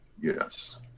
Yes